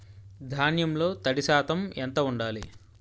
ధాన్యంలో తడి శాతం ఎంత ఉండాలి?